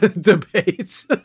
debates